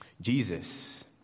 Jesus